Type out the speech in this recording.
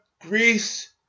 Greece